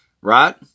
Right